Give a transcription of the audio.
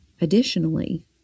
Additionally